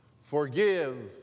forgive